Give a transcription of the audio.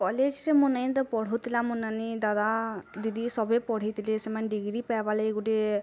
କଲେଜ୍ରେ ମୋ ନାଇଁ ତ ପଢ଼ୁଥିଲା ମୋ ନାନୀ ଦାଦା ଦିଦି ସବେ ପଢ଼ିଥିଲେ ସେମାନେ ଡିଗ୍ରୀ ପାଇବାର୍ ଲାଗି ଗୁଟେ